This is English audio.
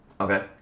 Okay